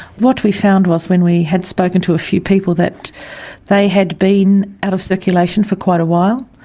what we found was when we had spoken to a few people that they had been out of circulation for quite a while,